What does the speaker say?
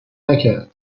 نکرد